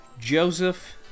Joseph